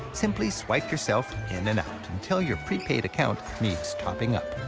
simply swipe yourself in and out. until your prepaid account needs topping up.